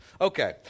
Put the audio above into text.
Okay